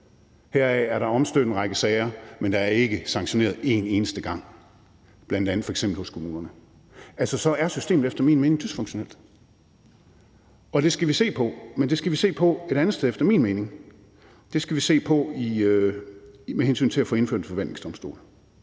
Heraf er der omstødt en række sager, men der er ikke sanktioneret en eneste gang hos bl.a. kommunerne. Så er systemet efter min mening dysfunktionelt, og det skal vi se på, men vi skal se på det et andet sted efter min mening. Vi skal se på det med hensyn til at få indført en forvaltningsdomstol,